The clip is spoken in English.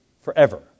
forever